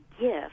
gift